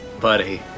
buddy